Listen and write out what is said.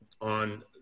on